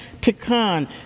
pecan